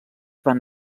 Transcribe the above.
van